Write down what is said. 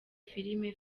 filime